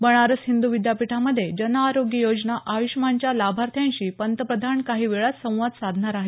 बनारस हिंद् विद्यापीठामध्ये जन आरोग्य योजना आय्ष्मानच्या लाभार्थ्यांशी पंतप्रधान काही वेळात संवाद साधणार आहेत